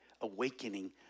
awakening